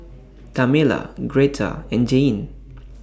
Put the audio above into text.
Tamela Gretta and Jayne